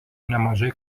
nemažai